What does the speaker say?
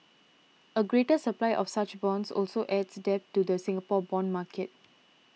a greater supply of such bonds also adds depth to the Singapore bond market